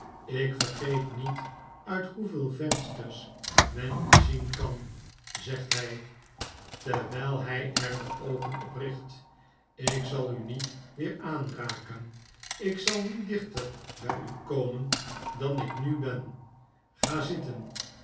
jk vergeet niet uit hoeveel vensters men ons zien kan zegt hy terwyl hy erdeoogen op richt ik zal u niet weer aanraken ik zal niet dichter bij u komen dan ik nu ben ga zitten